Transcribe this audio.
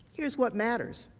here is what matters.